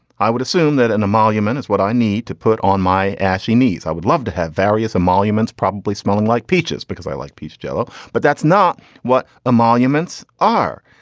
i would assume that an emoluments is what i need to put on my ashy knees. i would love to have various emoluments probably smelling like peaches because i like peach jello but that's not what emoluments are.